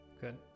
Good